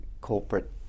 corporate